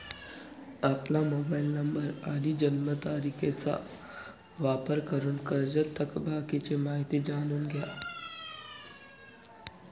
आपला mobile number आणि जन्मतारखेचा वापर करून कर्जत थकबाकीची माहिती जाणून घ्या